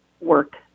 work